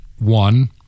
One